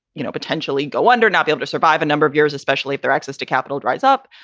you know, potentially go under, not be able to survive a number of years, especially if their access to capital dries up.